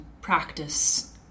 practice